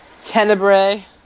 Tenebrae